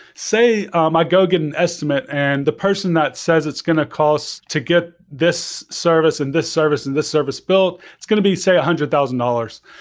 say um i go get an estimate and the person that says it's going to cost to get this service and this service and this service built, it's going to be say one hundred thousand dollars.